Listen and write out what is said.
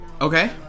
Okay